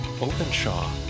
Openshaw